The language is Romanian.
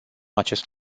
acest